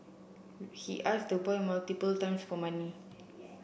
he asked the boy multiple times for money